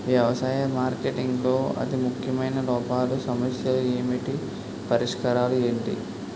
వ్యవసాయ మార్కెటింగ్ లో అతి ముఖ్యమైన లోపాలు సమస్యలు ఏమిటి పరిష్కారాలు ఏంటి?